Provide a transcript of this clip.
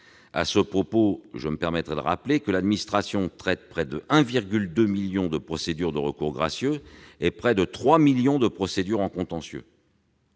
les problèmes posés. Je rappelle que l'administration traite près de 1,2 million de procédures de recours gracieux et près de 3 millions de procédures en contentieux,